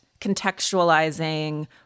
contextualizing